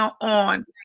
on